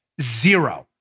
zero